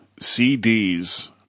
CDs